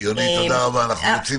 יונית, תודה רבה, אנחנו רוצים להתקדם.